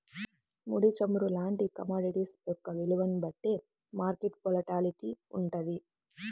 ముడి చమురు లాంటి కమోడిటీస్ యొక్క విలువని బట్టే మార్కెట్ వోలటాలిటీ వుంటది